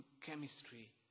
chemistry